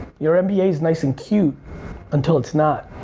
your um nba is nice and cute until it's not.